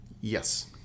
Yes